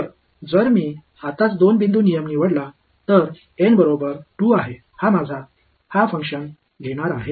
तर जर मी आताच 2 बिंदू नियम निवडला तर एन बरोबर 2 आहे हा माझा हा फंक्शन घेणार आहे